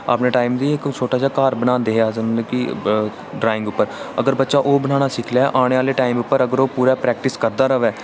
अपने टाईम दी इक्क छोटा जेहा घर बनांदे हे अस मतलब कि ड्राइंग पर अगर बच्चा ओह् बनाना सिक्खी लै ते आने आह्ले टाईम पर अगर ओह् पूरा प्रेक्टिस करदा र'वै